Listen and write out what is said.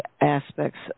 aspects